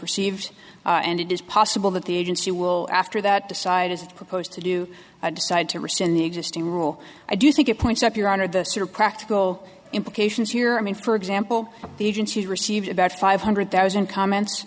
received and it is possible that the agency will after that decide as opposed to do decide to rescind the existing rule i do think it points up your honor the sort of practical implications here i mean for example the agency received about five hundred thousand comments